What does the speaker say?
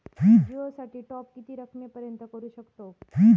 जिओ साठी टॉप किती रकमेपर्यंत करू शकतव?